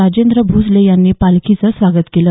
राजेंद्र भोसले यांनी पालखीचं स्वागत केलं